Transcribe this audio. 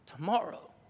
Tomorrow